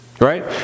right